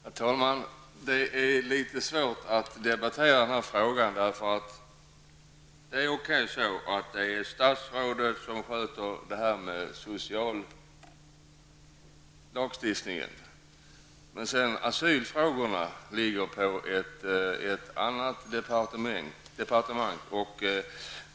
Herr talman! Det är litet svårt att diskutera den här frågan, eftersom statsrådet Lindqvist har hand om sociallagstiftningen, medan asylfrågorna ligger på ett annat departement.